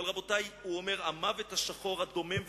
אך הוא אומר: "המוות השחור, הדומם והקר,